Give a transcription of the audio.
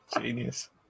Genius